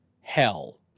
hell